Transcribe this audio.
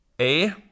A-